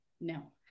No